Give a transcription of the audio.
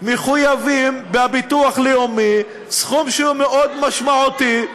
מחויבים בביטוח לאומי בסכום שהוא מאוד משמעותי,